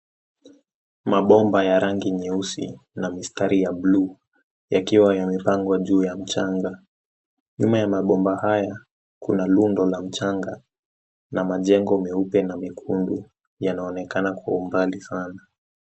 Mabomba ya rangi nyeusi na mistari ya bluu yakiwa yamepangwa juu ya mchanga nyuma ya mabomba haya kuna rundo la mchanga na majengo meupe na mekundu yanaonekana kwa umbali sana.